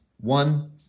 one